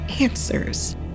answers